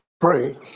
pray